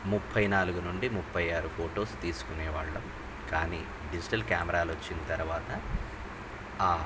ముప్పై నాలుగు నుండి ముప్పై ఆరు ఫొటోస్ తీసుకునే వాళ్ళం కానీ డిజిటల్ కెమెరాలు వచ్చిన తర్వాత